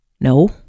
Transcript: No